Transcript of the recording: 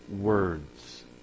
words